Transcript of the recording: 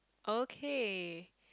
okay